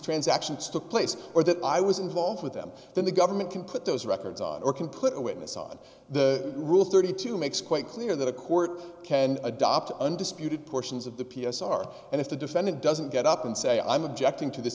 transactions took place or that i was involved with them then the government can put those records on or can put a witness on the rule thirty two makes quite clear that a court can adopt undisputed portions of the p s r and if the defendant doesn't get up and say i'm objecting to this